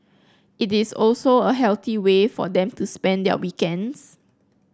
it is also a healthy way for them to spend their weekends